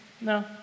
No